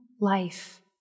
life